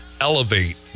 elevate